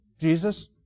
Jesus